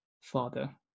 father